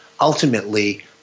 Ultimately